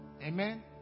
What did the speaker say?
Amen